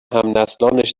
همنسلانش